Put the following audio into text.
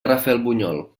rafelbunyol